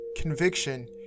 Conviction